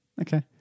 Okay